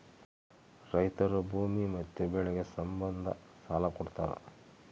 ರೈತರು ಭೂಮಿ ಮತ್ತೆ ಬೆಳೆಗೆ ಸಂಬಂಧ ಸಾಲ ಕೊಡ್ತಾರ